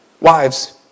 wives